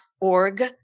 org